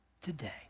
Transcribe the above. today